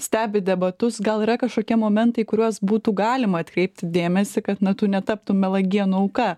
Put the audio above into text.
stebi debatus gal yra kažkokie momentai į kuriuos būtų galima atkreipti dėmesį kad na tu netaptum melagėnų auka